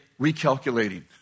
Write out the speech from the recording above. recalculating